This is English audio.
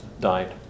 died